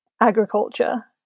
agriculture